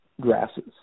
grasses